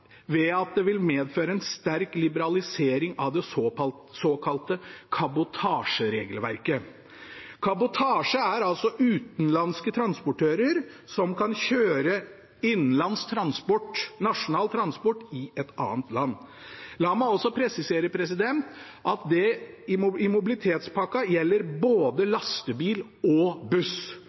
ved at det vil medføre en sterk liberalisering av det såkalte kabotasjeregelverket. Kabotasje innebærer at utenlandske transportører kan kjøre nasjonal transport i et annet land. La meg også presisere at det i mobilitetspakken gjelder både lastebil og buss.